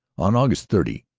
on aug. thirty,